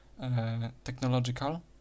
Technological